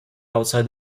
outside